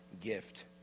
gift